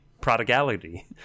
Prodigality